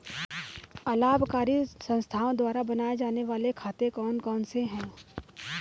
अलाभकारी संस्थाओं द्वारा बनाए जाने वाले खाते कौन कौनसे हैं?